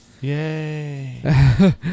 Yay